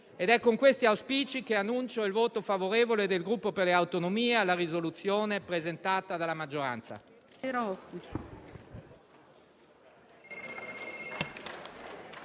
È con questi auspici che annuncio il voto favorevole del Gruppo per le Autonomie alla risoluzione presentata dalla maggioranza.